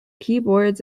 keyboards